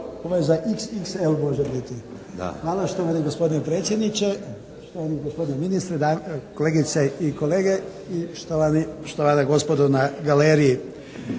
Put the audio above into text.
Zlatko (HSLS)** Hvala štovani gospodine predsjedniče, štovani gospodine ministre, kolegice i kolege i štovane gospodo na galeriji.